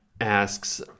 asks